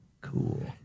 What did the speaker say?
cool